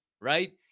right